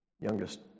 Youngest